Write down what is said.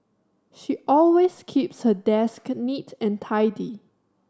she always keeps her desk neat and tidy